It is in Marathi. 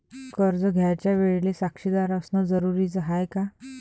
कर्ज घ्यायच्या वेळेले साक्षीदार असनं जरुरीच हाय का?